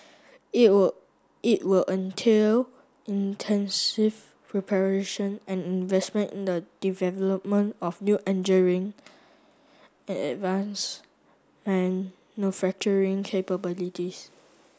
it would it will entail intensive preparation and investment in the development of new and advance and capabilities